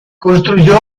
construyó